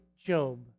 Job